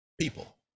people